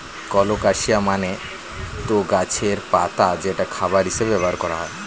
colocasia মানে তো গাছের পাতা যেটা খাবার হিসেবে ব্যবহার করা হয়